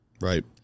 right